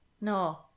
No